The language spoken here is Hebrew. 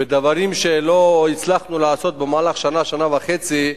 ודברים שלא הצלחנו לעשות במהלך שנה, שנה וחצי,